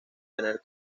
tener